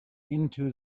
into